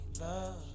love